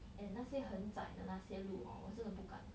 and 那些很窄的那些路 hor 我真的不敢